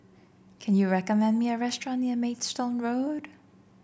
can you recommend me a restaurant near Maidstone Road